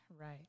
right